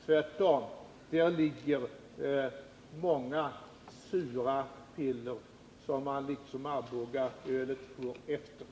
Tvärtom, där ligger många sura piller som liksom Arbogaölet känns efteråt.